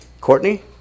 Courtney